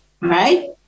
right